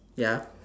ya